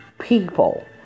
people